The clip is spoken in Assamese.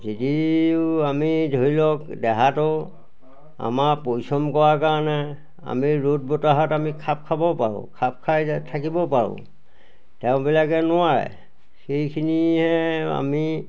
যদিও আমি ধৰি লওক দেহাটো আমাৰ পৰিশ্ৰম কৰাৰ কাৰণে আমি ৰ'দ বতাহত আমি খাপ খাব পাৰোঁ খাপ খাই থাকিবও পাৰোঁ তেওঁবিলাকে নোৱাৰে সেইখিনিয়ে আমি